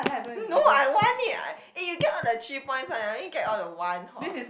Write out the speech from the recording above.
no I want it I eh you get all the three points one I only get all the one hor